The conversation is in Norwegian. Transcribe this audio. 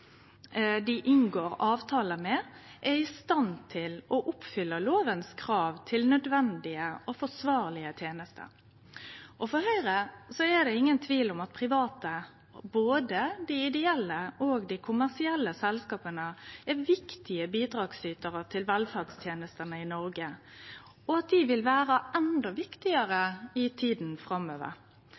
dei inngår avtale med, er i stand til å oppfylle krava i loven til nødvendige og forsvarlege tenester. For Høgre er det ingen tvil om at private, både dei ideelle og dei kommersielle selskapa, er viktige bidragsytarar til velferdstenestene i Noreg, og at dei vil vere endå viktigare i tida framover.